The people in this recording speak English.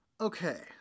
Okay